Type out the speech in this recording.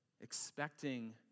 Expecting